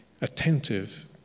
attentive